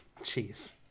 Jeez